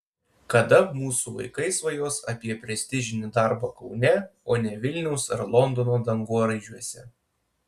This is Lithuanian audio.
kada mūsų vaikai svajos apie prestižinį darbą kaune o ne vilniaus ar londono dangoraižiuose